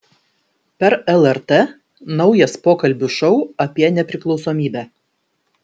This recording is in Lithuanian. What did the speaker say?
per lrt naujas pokalbių šou apie nepriklausomybę